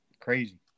crazy